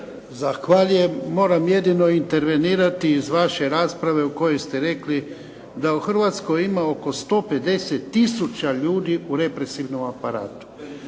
Zahvaljujem. Moram jedino intervenirati iz vaše rasprave u kojoj ste rekli da u Hrvatskoj ima oko 150 tisuća ljudi u represivnom aparatu.